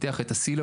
פיתח את הסילבוס,